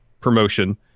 promotion